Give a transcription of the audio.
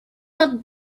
not